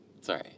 Sorry